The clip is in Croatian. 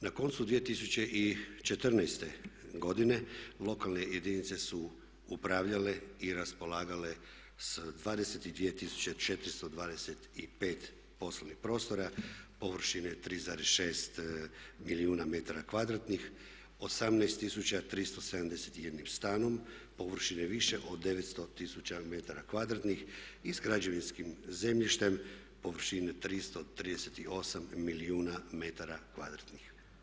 Na koncu 2014. godine lokalne jedinice su upravljale i raspolagale sa 22 tisuće 425 poslovnih prostora površine 3,6 milijuna metara kvadratnih, 18 tisuća 371 stanom površine više od 900 tisuća metara kvadratnih i sa građevinskim zemljištem površine 338 milijuna metara kvadratnih.